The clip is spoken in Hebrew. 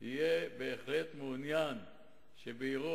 יהיה בהחלט מעוניין שבעירו,